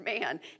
man